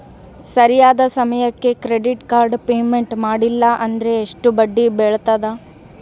ಸರಿಯಾದ ಸಮಯಕ್ಕೆ credit card payment ಮಾಡಲಿಲ್ಲ ಅಂದ್ರೆ ಎಷ್ಟು ಬಡ್ಡಿ ಬೇಳ್ತದ?